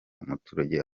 umuturage